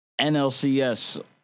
NLCS